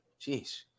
Jeez